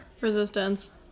Resistance